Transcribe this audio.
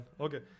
okay